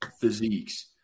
physiques